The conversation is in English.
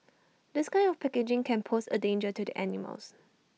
this kind of packaging can pose A danger to the animals